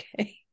okay